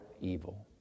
evil